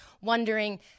wondering